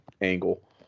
angle